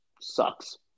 sucks